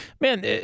man